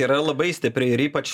yra labai stipri ir ypač